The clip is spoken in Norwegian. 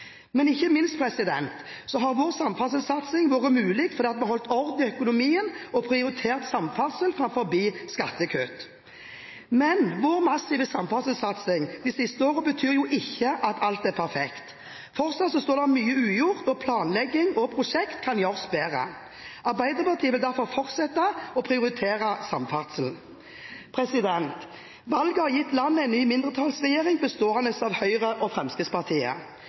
Men ikke minst har vår samferdselssatsing vært mulig fordi vi har holdt orden i økonomien og prioritert samferdsel framfor skattekutt. Men vår massive samferdselssatsing de siste årene betyr jo ikke at alt er perfekt. Fortsatt står det mye ugjort, og planlegging og prosjekter kan gjøres bedre. Arbeiderpartiet vil derfor fortsette å prioritere samferdsel. Valget har gitt landet en ny mindretallsregjering bestående av Høyre og Fremskrittspartiet.